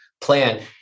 plan